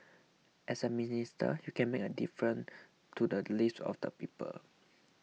as a minister you can make a difference to the lives of the people